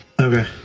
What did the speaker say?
Okay